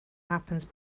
happens